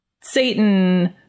Satan